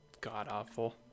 god-awful